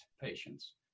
patients